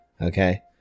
Okay